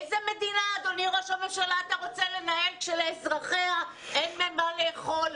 איזו מדינה אדוני ראש הממשלה אתה רוצה לנהל כשלאזרחיה אין מה לאכול?